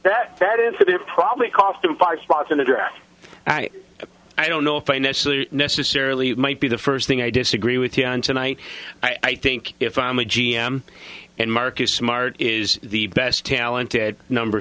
that that incident probably cost him five spots in the draft i don't know if financially necessarily might be the first thing i disagree with him on tonight i think if i'm a g m and marcus smart is the best talented number